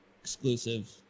exclusive